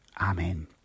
Amen